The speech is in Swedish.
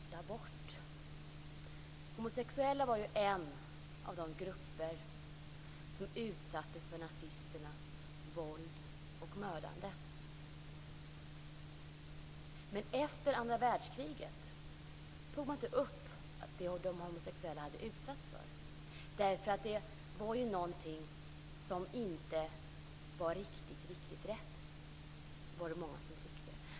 De homosexuella var en av de grupper som utsattes för nazisternas våld och mördande. Men efter andra världskriget tog man inte upp vad de homosexuella hade utsatts för därför att det var något som inte var riktigt riktigt rätt. Det var många som tyckte det.